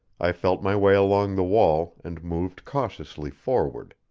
i felt my way along the wall and moved cautiously forward.